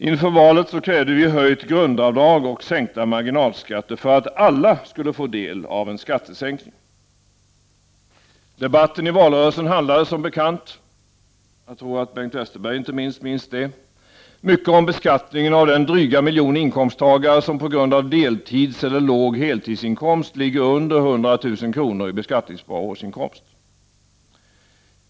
Inför valet krävde vi höjt grundavdrag och sänkta marginalskatter, för att alla skulle få del av en skattesänkning. Debatten i valrörelsen handlade, som bekant — jag tror att inte minst Bengt Westerberg minns det — mycket om beskattningen av den dryga miljon inkomsttagare som på grund av deltidseller låg heltidsinkomst ligger under 100000 kr. i beskattningsbar årsinkomst.